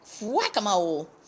whack-a-mole